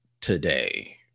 today